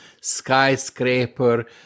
skyscraper